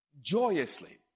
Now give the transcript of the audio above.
Joyously